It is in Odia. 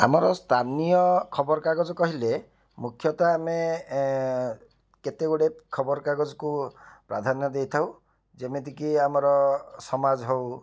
ଆମର ସ୍ଥାନୀୟ ଖବରକାଗଜ କହିଲେ ମୁଖ୍ୟତଃ ଆମେ କେତେଗୁଡ଼ିଏ ଖବରକାଗଜକୁ ପ୍ରାଧାନ୍ୟ ଦେଇଥାଉ ଯେମିତିକି ଆମର ସମାଜ ହଉ